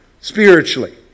spiritually